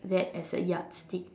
that as a yard stick